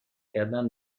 کردن